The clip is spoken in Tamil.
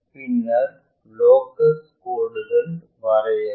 பின்னர் லோக்கல் கோடுகள் வரையவும்